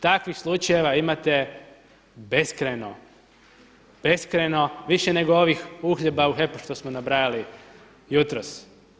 Takvih slučajeva imate beskrajno, beskrajno, više nego ovih uhljeba u HEP-u što smo nabrajali jutros.